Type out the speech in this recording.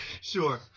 Sure